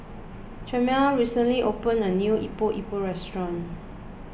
chimere recently opened a new Epok Epok restaurant